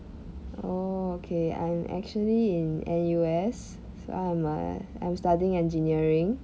oh okay I'm actually in N_U_S I'm a I'm studying engineering